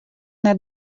net